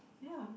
ya